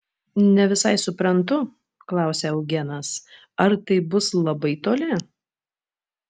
ne visai suprantu klausė eugenas ar tai bus labai toli